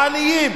לעניים,